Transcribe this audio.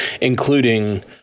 including